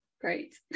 Great